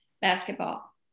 basketball